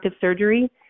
surgery